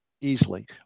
easily